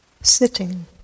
sitting